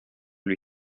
lui